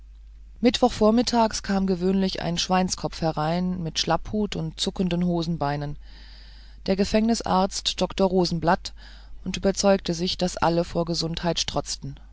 mittwoch vormittags kam gewöhnlich ein schweinskopf herein mit schlapphut und zuckenden hosenbeinen der gefängnisarzt dr rosenblatt und überzeugte sich daß alle vor gesundheit strotzten